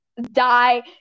die